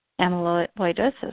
amyloidosis